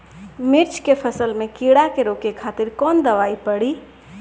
मिर्च के फसल में कीड़ा के रोके खातिर कौन दवाई पड़ी?